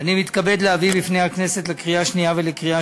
אני מתכבד להביא בפני הכנסת לקריאה שנייה ולקריאה